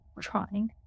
trying